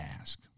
ask